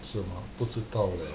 是吗不知道 leh